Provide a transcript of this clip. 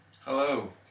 Hello